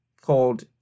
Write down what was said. called